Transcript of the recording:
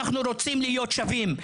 אנחנו רוצים להיות שווים,